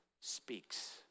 speaks